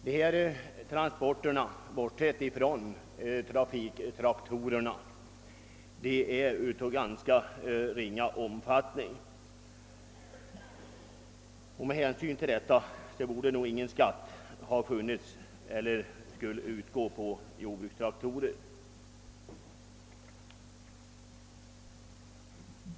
Dessa transporter är, om man bortser från trafiktraktorerna, av ganska ringa omfattning och därför borde ingen skatt utgå på jordbrukstraktorer.